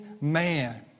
man